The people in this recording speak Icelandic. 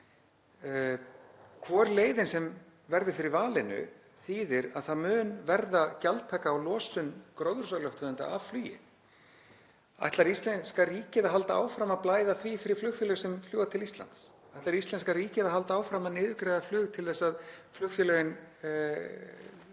Hvor leiðin sem verður fyrir valinu þýðir að gjaldtaka mun verða fyrir losun gróðurhúsalofttegunda frá flugi. Ætlar íslenska ríkið að halda áfram að blæða því fyrir flugfélög sem fljúga til Íslands? Ætlar íslenska ríkið að halda áfram að niðurgreiða flug til að flugfélögin þurfi